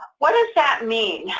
what does that mean?